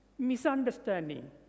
Misunderstanding